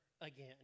again